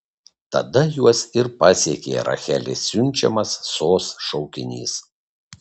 tada juos ir pasiekė rachelės siunčiamas sos šaukinys